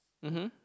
mmhmm